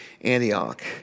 Antioch